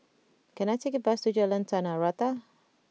can I take a bus to Jalan Tanah Rata